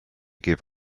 give